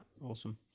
awesome